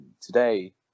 today